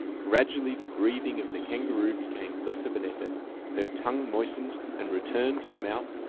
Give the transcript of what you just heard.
gradually the breathing of the kangaroo became less of an effort, her tongue moistened and returned to the mouth,